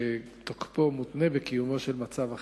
שתוקפו מותנה בקיום מצב החירום.